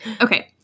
Okay